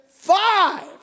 Five